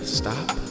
stop